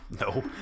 No